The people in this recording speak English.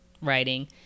writing